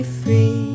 free